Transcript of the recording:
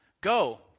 Go